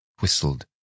whistled